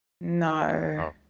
No